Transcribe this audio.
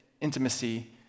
intimacy